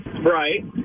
Right